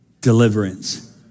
Deliverance